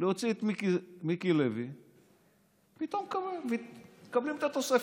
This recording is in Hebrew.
להוציא את מיקי לוי פתאום מקבלים את התוספת.